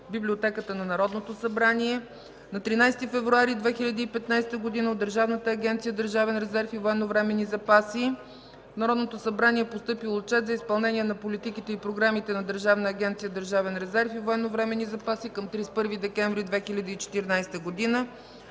Библиотеката на Народното събрание. На 13 февруари 2015 г. от Държавната агенция „Държавен резерв и военновременни запаси” в Народното събрание е постъпил Отчет за изпълнение на политиките и програмите на Държавна агенция „Държавен резерв и военновременни запаси” към 31 декември 2014 г.